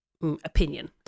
opinion